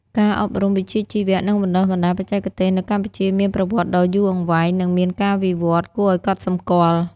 ការអប់រំវិជ្ជាជីវៈ និងបណ្ដុះបណ្ដាលបច្ចេកទេស នៅកម្ពុជាមានប្រវត្តិដ៏យូរអង្វែង និងមានការវិវត្តន៍គួរឱ្យកត់សម្គាល់។